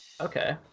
Okay